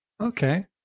Okay